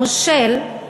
המושל,